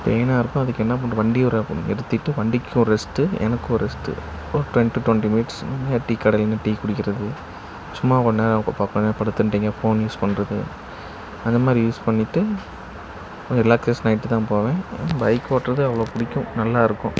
பெயினாக இருக்கும் அதுக்கு என்ன பண்ணுறது வண்டியை ஓர நிறுத்திட்டு வண்டிக்கும் ரெஸ்ட்டு எனக்கும் rest for ten to twenty minutes tea கடையில் நின்று டீ குடிக்கிறது சும்மா கொஞ்சம் நேரம் அப்போ பார்ப்பேன் படுத்துன்ட்டு எங்கேயா ஃபோன் யூஸ் பண்ணுறது அந்த மாதிரி யூஸ் பண்ணிட்டு கொஞ்சம் ரிலாக்கேஷன் ஆகிட்டு தான் போவேன் பைக் ஓட்டுறது அவ்வளோ பிடிக்கும் நல்லாயிருக்கும்